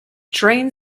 train